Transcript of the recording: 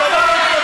הייתה לו הזדמנות,